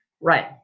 Right